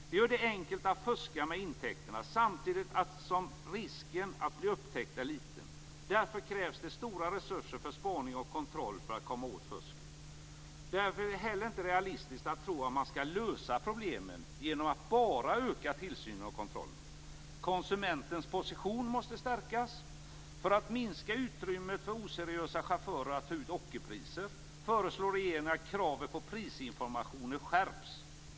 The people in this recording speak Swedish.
Det gör det enkelt att fuska med intäkterna, samtidigt som risken att bli upptäckt är liten. Därför krävs det stora resurser för spaning och kontroll för att komma åt fusket. Därför är det inte heller realistiskt att tro att man kan lösa problemen genom att bara öka tillsynen och kontrollen. Konsumentens position måste stärkas. För att minska utrymmet för oseriösa chaufförer att ta ut ockerpriser föreslår regeringen att kraven på prisinformation skärps.